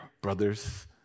Brothers